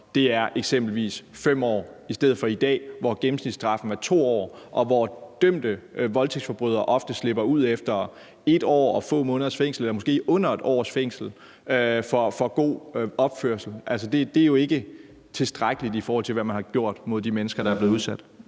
eksempelvis er 5 år i stedet for som i dag, hvor gennemsnitsstraffen er 2 år, og hvor dømte voldtægtsforbrydere ofte slipper ud efter 1 år og få måneders fængsel eller måske under 1 års fængsel for god opførsel. Altså, det er jo ikke tilstrækkeligt, i forhold til hvad man har gjort mod de mennesker, der er blevet udsat